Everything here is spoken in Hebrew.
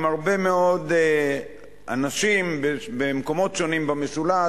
עם הרבה מאוד אנשים במקומות שונים במשולש,